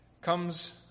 comes